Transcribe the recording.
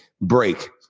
break